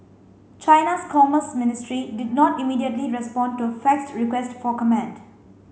China's commerce ministry did not immediately respond to a faxed request for comment